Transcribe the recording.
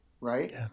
right